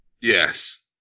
Yes